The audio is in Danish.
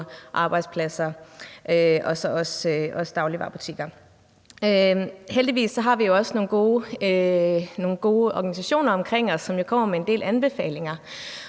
arbejdspladser og så også dagligvarebutikker. Heldigvis har vi også nogle gode organisationer omkring os, som jo kommer med en del anbefalinger.